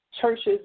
churches